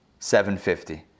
750